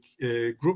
group